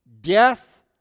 death